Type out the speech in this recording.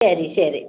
ശരി ശരി